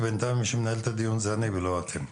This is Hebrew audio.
בינתיים מי שמנהל את הדיון זה אני ולא אתם.